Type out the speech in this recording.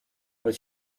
bez